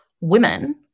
women